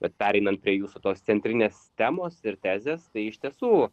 vat pereinant prie jūsų tos centrinės temos ir tezės tai iš tiesų